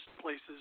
places